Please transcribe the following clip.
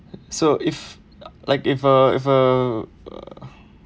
so if like if uh if uh